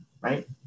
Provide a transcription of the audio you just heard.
right